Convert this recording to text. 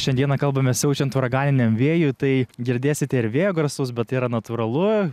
šiandieną kalbamės siaučiant uraganiniam vėjui tai girdėsite ir vėjo garsus bet tai yra natūralu